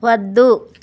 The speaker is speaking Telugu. వద్దు